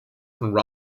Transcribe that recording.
von